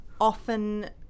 often